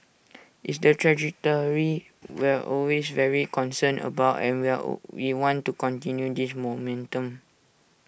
it's the trajectory we're always very concerned about and we're we want to continue this momentum